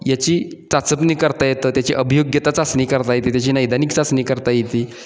याची चाचपणी करता येतं त्याची अभियोग्यता चाचणी करता येते त्याची नैदानीक चाचणी करता येते